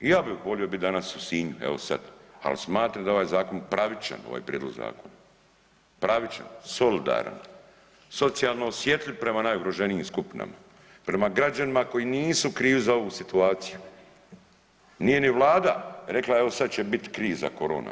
I ja bih volio biti danas u Sinju, evo sad, ali smatram da je ovaj zakon pravičan, ovaj prijedlog zakona, pravičan, solidaran, socijalno osjetljiv prema najugroženijim skupinama, prema građanima koji nisu krivi za ovu situaciju, nije ni Vlada rekla evo sad će biti kriza korona.